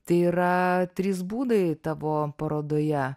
tai yra trys būdai tavo parodoje